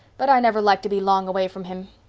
but i never like to be long away from him.